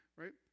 right